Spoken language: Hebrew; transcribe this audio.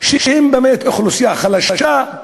הם אוכלוסייה חלשה,